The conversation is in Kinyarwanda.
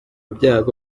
byago